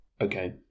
Okay